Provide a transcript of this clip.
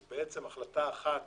זאת בעצם החלטה אחת